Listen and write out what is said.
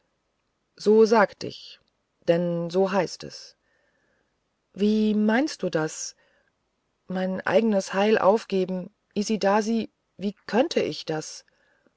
so sagt ich denn so heißt es wie meinst du das mein eigenes heil aufgeben isidasi wie könnt ich das